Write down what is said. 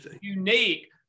unique